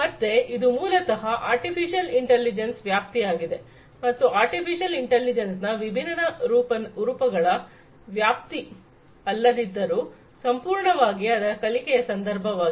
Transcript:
ಮತ್ತೆ ಇದು ಮೂಲತಹ ಆರ್ಟಿಫಿಷಿಯಲ್ ಇಂಟೆಲಿಜೆನ್ಸ್ನ ವ್ಯಾಪ್ತಿ ಆಗಿದೆ ಮತ್ತು ಆರ್ಟಿಫಿಷಿಯಲ್ ಇಂಟೆಲಿಜೆನ್ಸ್ನ ವಿಭಿನ್ನ ರೂಪಗಳ ವ್ಯಾಪ್ತಿ ಅಲ್ಲದಿದ್ದರೂ ಸಂಪೂರ್ಣವಾಗಿ ಆದರೆ ಕಲಿಕೆಯ ಸಂದರ್ಭವಾಗಿದೆ